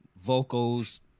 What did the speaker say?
vocals